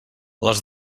les